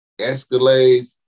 Escalades